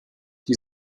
die